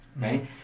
right